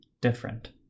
different